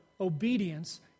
obedience